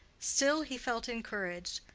still he felt encouraged.